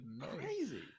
crazy